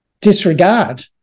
disregard